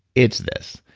it's this,